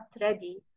ready